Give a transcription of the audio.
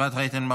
פרידמן,